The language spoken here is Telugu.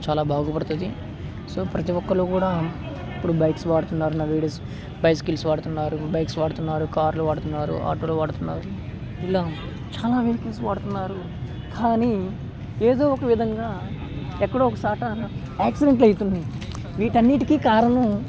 చాలా బాగుపడుతుంది సో ప్రతీ ఒక్కళ్ళు కూడా ఇప్పుడు బైక్స్ వాడుతున్నారు నా వీడియోస్ బైస్కిల్స్ వాడుతున్నారు బైక్స్ వాడుతున్నారు కారులో వాడుతున్నారు ఆటోలో వాడుతున్నారు ఇలా చాలా వెహికల్స్ వాడుతున్నారు కానీ ఏదో ఒక విధంగా ఎక్కడో ఒక చోట యాక్సిడెంట్ అవుతున్నాయి వీటన్నింటినీ కారను